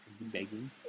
Begging